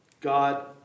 God